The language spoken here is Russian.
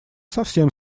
совсем